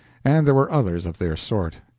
and there were others of their sort.